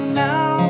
now